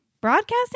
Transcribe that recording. broadcasting